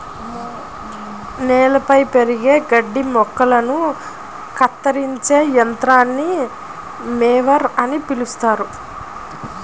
నేలపై పెరిగే గడ్డి మొక్కలను కత్తిరించే యంత్రాన్ని మొవర్ అని పిలుస్తారు